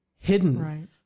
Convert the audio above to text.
hidden